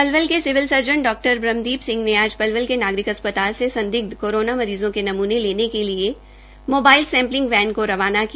Palwal civil स ् र न ब्रहमदीप सिंह ने आ पलवल के नागरिक अस्पताल से संदिग्ध कोरोना मरीज़ो के नमूने लेने के लिए मोबाइल सैंपलिंग वैन को रवाना किया